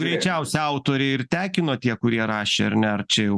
greičiausiai autoriai ir tekino tie kurie rašė ar ne ar čia jau